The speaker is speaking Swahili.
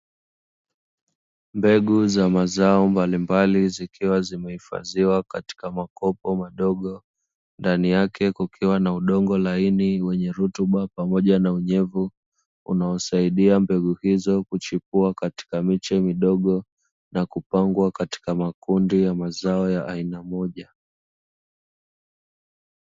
Mbegu za mazao mbalimbali zikiwa zimehifadhiwa katika makopo madogo, ndani yake kukiwa na udongo laini wenye rutuba pamoja na unyevu, unaosaidia mbegu hizo kuchipua katika miche midogo, na kupangwa katika makundi ya mazao ya aina moja.